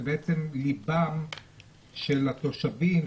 זה ליבם של התושבים,